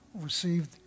received